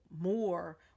more